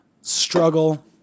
struggle